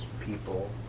people